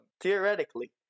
theoretically